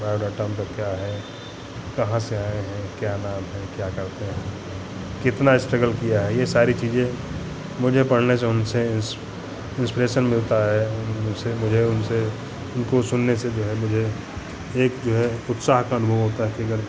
biodata उनका क्या है कहाँ से आए हैं क्या नाम है क्या करते हैं कितना स्ट्रगल किया है ये सारी चीज़ें मुझे पढ़ने से उनसे इंस इंसपिरेशन मिलता है उनसे मुझे उनसे उनको सुनने से जो है मुझे एक जो है उत्साह का अनुभव होता है कि अगर